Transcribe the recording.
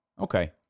okay